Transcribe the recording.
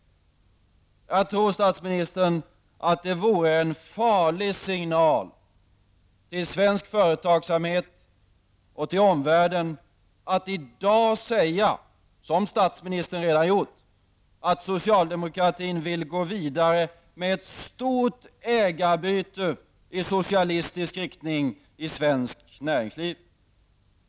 Jag tror, herr statsminister, att det vore en farlig signal till svensk företagssamhet och till omvärlden att i dag säga, vilket statsministern redan har gjort, att socialdemokratin vill gå vidare med ett stort ägarbyte i socialistiskt riktning inom svenskt näringsliv.